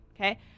Okay